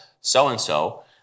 so-and-so